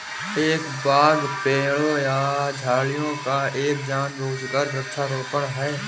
एक बाग पेड़ों या झाड़ियों का एक जानबूझकर वृक्षारोपण है